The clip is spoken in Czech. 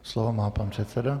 Slovo má pan předseda.